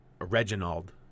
Reginald